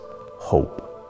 hope